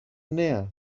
νέα